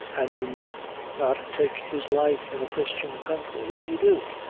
an' you must not take his life in a christian country if you do,